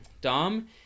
Dom